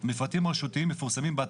מפרטים רשותיים מפורסמים.